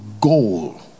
goal